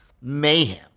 mayhem